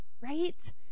right